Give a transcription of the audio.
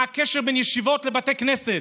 מה הקשר בין ישיבות לבתי כנסת?